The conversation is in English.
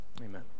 Amen